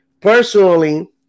Personally